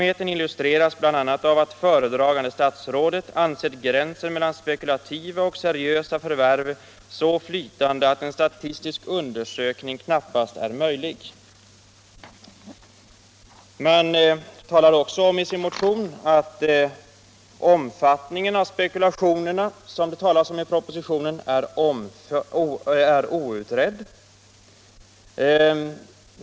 Detta illustreras bl.a. av att föredragande statsrådet --—- ansett gränsen mellan spekulativa och seriösa förvärv så flytande att en statistisk undersökning knappast är möjlig.” Man framhåller också i motionen att omfattningen av de spekulationer som det talas om i propositionen är outredd.